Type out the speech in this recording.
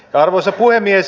arvoisa puhemies